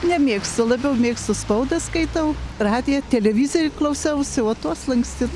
nemėgstu labiau mėgstu spaudą skaitau radiją televiziją klausausi o tuos lankstin